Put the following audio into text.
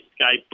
Skype